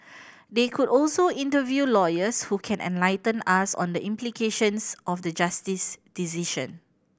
they could also interview lawyers who can enlighten us on the implications of the Justice's decision